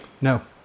No